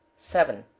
seven.